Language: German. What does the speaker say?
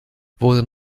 wurde